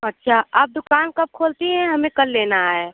अच्छा आप दुकान कब खोलती हैं हमें कल लेना है